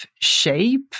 shape